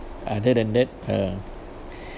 other than that uh